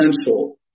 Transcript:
essential